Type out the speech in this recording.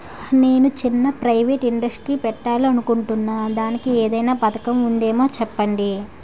నేను చిన్న private industry పెట్టాలి అనుకుంటున్నా దానికి ఏదైనా పథకం ఉందేమో చెప్పండి?